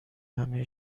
همه